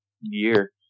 year